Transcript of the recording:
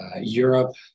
Europe